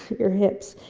your hips,